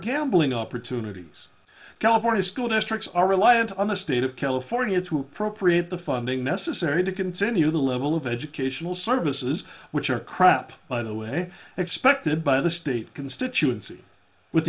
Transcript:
gambling opportunities california school districts are reliant on the state of california to pro create the funding necessary to continue the level of educational services which are crap by the way expected by the state constituency with